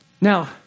Now